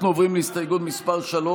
אנחנו עוברים להסתייגות מס' 3,